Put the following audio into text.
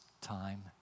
time